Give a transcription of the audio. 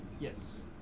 Yes